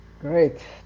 Great